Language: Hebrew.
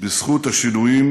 בזכות השינויים